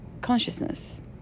consciousness